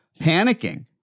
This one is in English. panicking